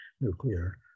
nuclear